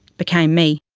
became me.